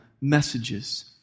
messages